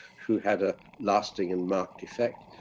who had a lasting and marked effect.